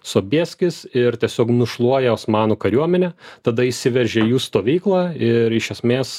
sobieskis ir tiesiog nušluoja osmanų kariuomenę tada įsiveržia į jų stovyklą ir iš esmės